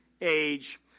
age